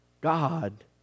God